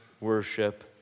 worship